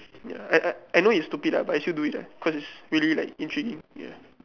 ya I I I know it's stupid lah but I still do it ah cause is really like intriguing ya